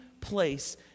place